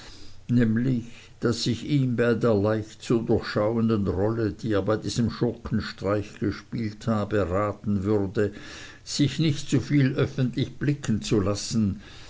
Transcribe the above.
nämlich daß ich ihm bei der leicht zu durchschauenden rolle die er bei diesem schurkenstreich gespielt habe raten würde sich nicht zu viel öffentlich blicken zu lassen